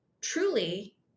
truly